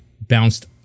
bounced